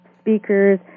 speakers